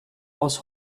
aus